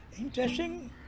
interesting